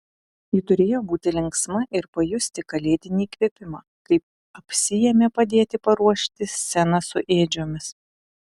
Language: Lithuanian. ji turėjo būti linksma ir pajusti kalėdinį įkvėpimą kai apsiėmė padėti paruošti sceną su ėdžiomis